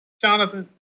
Jonathan